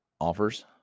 offers